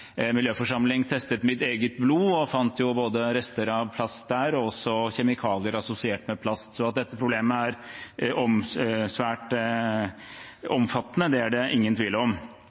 miljøforsamling testet mitt eget blod, og det ble funnet både rester av plast der og også kjemikalier assosiert med plast, så at dette problemet er svært omfattende, er det ingen tvil om.